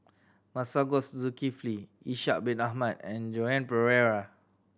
Masagos Zulkifli Ishak Bin Ahmad and Joan Pereira